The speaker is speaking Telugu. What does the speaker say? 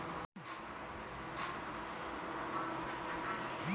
బజార్ లో మనం ఎలాంటి వస్తువులు కొనచ్చు?